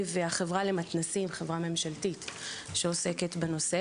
והחברה למתנ"סים חברה ממשלתית שעוסקת בנושא